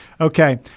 Okay